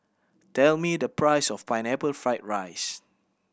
tell me the price of Pineapple Fried rice